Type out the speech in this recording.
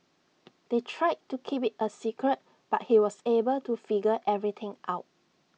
they tried to keep IT A secret but he was able to figure everything out